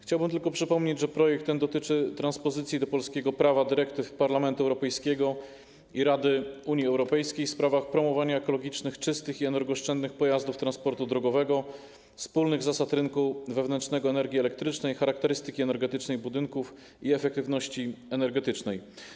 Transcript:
Chciałbym tylko przypomnieć, że projekt ten dotyczy transpozycji do polskiego prawa dyrektyw Parlamentu Europejskiego i Rady Unii Europejskiej w sprawach: promowania ekologicznie czystych i energooszczędnych pojazdów transportu drogowego, wspólnych zasad rynku wewnętrznego energii elektrycznej, charakterystyki energetycznej budynków i efektywności energetycznej.